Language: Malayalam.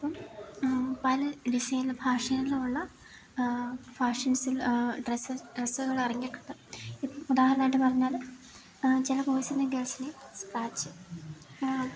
ഇപ്പം പല ഡിസൈനിൽ ഫാഷനിലുമുള്ള ഫാഷൻസിൽ ഡ്രസ്സ് ഡ്രസ്സുകൾ ഇറങ്ങിയിട്ടുണ്ട് ഇതിന് ഉദാഹരണായിട്ട് പറഞ്ഞാല് ചില ബോയ്സിനേം ഗേൾസിനേയും സ്ക്രാച്ച്